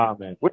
Amen